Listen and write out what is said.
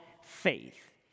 faith